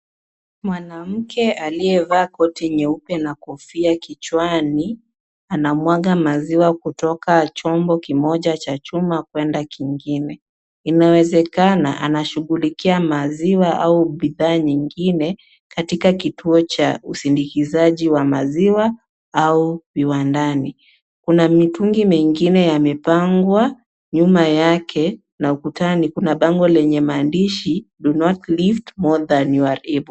Mwanamke aliyevaa koti nyeupe na kofia kichwani anamwaga maziwa kutoka chombo kimoja cha chuma kwenda kingine. Inawezekana anashughulikia maziwa au bidhaa nyingine katika kituo cha usindikizaji wa maziwa au viwandani. Kuna mitungi mingine yamepangwa nyuma yake na ukutani kuna maandishi do not lift more than you are able .